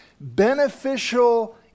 beneficial